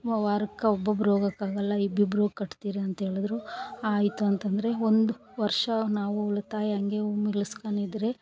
ವ ವಾರಕ್ಕೆ ಒಬ್ಬೊಬ್ಬರು ಹೋಗಕ್ಕಾಗಲ್ಲ ಇಬ್ಬಿಬ್ಬರು ಹೋಗ್ ಕಟ್ತೀರಿ ಅಂತೇಳಿದ್ರು ಆಯಿತು ಅಂತಂದ್ರಿ ಒಂದು ವರ್ಷ ನಾವು ಉಳಿತಾಯ ಹಂಗೆ ಮಿಗ್ಲಸ್ಕೊಂಡಿದ್ರಿ